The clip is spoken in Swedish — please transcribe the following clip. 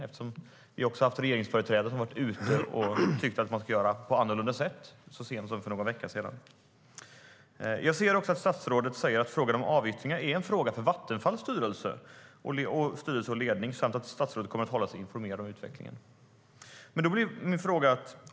Vi har nämligen haft regeringsföreträdare som så sent som för någon vecka sedan har varit ute och tyckt att man ska göra på ett annorlunda sätt. Då vill jag ställa en fråga.